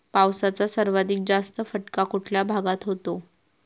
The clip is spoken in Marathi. पावसाचा सर्वाधिक जास्त फटका कुठल्या भागात होतो?